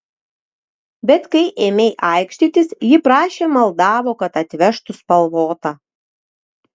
bet kai ėmei aikštytis ji prašė maldavo kad atvežtų spalvotą